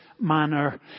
manner